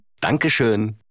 Dankeschön